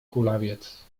kulawiec